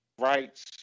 rights